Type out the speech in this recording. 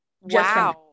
Wow